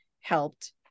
helped